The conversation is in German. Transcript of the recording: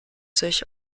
sich